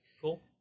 Cool